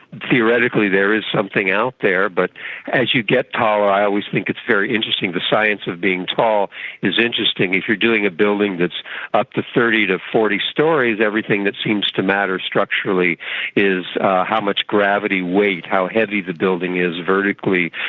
theoretically there is something out there, but as you get taller i always think it's very interesting, the science of being tall is interesting. if you're doing a building that's up to thirty to forty storeys, everything that seems to matter structurally is how much gravity weight, how heavy the building is vertically.